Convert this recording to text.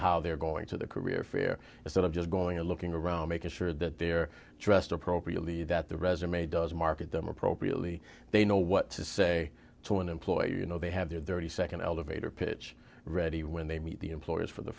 how they're going to the career fair and sort of just going to looking around making sure that they're dressed appropriately that the resume does market them appropriately they know what to say to an employer you know they have their thirty second elevator pitch ready when they meet the employees for the